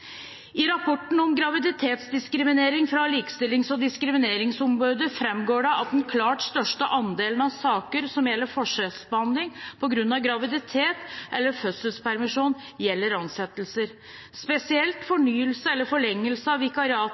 I rapporten om graviditetsdiskriminering fra Likestillings- og diskrimineringsombudet framgår det at den klart største andelen av saker som gjelder forskjellsbehandling på grunn av graviditet eller fødselspermisjon, gjelder ansettelser, spesielt fornyelse eller forlengelse av vikariater